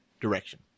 direction